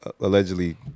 allegedly